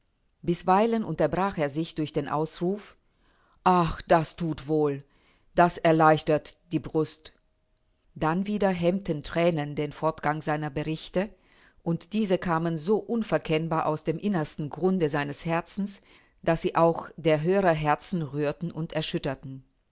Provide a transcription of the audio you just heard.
bisweilen unterbrach er sich durch den ausruf ach das thut wohl das erleichtert die brust dann wieder hemmten thränen den fortgang seiner berichte und diese kamen so unverkennbar aus dem innersten grunde seines herzens daß sie auch der hörer herzen rührten und erschütterten